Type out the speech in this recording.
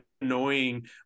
annoying